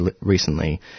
recently